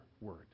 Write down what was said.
word